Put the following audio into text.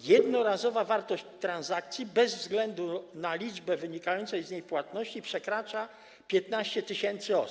jednorazowa wartość transakcji, bez względu na liczbę wynikających z niej płatności, przekracza 15 tys. zł.